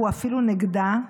והוא אפילו נגדה,